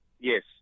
Yes